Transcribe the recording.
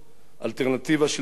אלטרנטיבה שלטונית